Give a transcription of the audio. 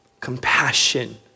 compassion